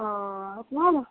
ओ एतना